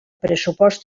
pressupost